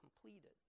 completed